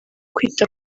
kwita